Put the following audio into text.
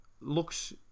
looks